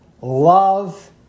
Love